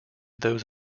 those